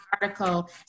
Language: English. article